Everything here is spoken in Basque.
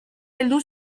heldu